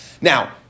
Now